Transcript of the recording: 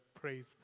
praise